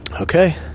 Okay